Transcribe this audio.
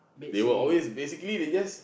they will always basically they just